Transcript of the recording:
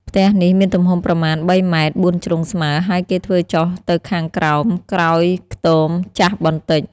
ផ្ទះនេះមានទំហំប្រមាណ ៣ម. បួនជ្រុងស្មើ ហើយគេធ្វើចុះទៅខាងក្រោម ក្រោយខ្ទមចាស់បន្តិច ។